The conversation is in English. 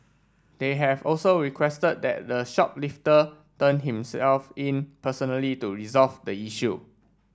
they have also requested that the shoplifter turn himself in personally to resolve the issue